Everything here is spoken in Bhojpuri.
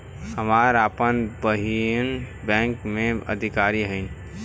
हमार आपन बहिनीई बैक में अधिकारी हिअ